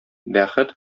бәхет